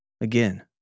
Again